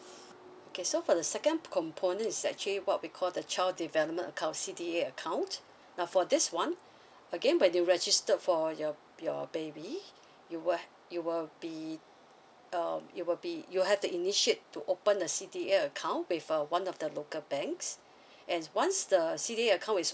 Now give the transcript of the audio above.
okay so for the second component is actually what we call the child development account C D A account now for this one again when you register for your your baby you will you will be um it will be you have to initiate to open the C D A account with uh one of the local banks and once the C D A account is